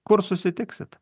kur susitiksit